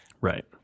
right